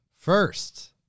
First